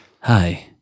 Hi